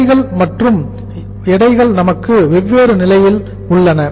நிலைகள் மற்றும் எடைகள் என்று நமக்கு வெவ்வேறு நிலையில் உள்ளன